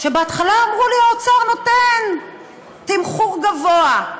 שבהתחלה אמרו לי: האוצר נותן תמחור גבוה,